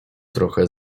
trochę